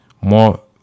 more